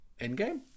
Endgame